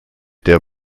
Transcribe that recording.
der